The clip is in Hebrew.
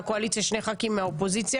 מהקואליציה ושני חברי כנסת מהאופוזיציה,